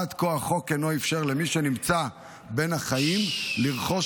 עד כה החוק לא אפשר למי שנמצא בין החיים לרכוש